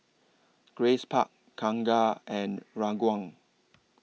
Grace Park Kangkar and Ranggung